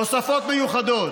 תוספות מיוחדות: